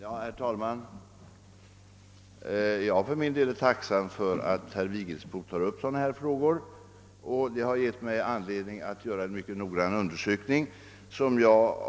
Herr talman! Jag för min del är tacksam för att herr Vigelsbo tar upp sådana här saker. Den fråga han nu ställt har givit mig anledning att göra en noggrann undersökning.